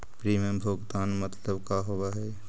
Premium भुगतान मतलब का होव हइ?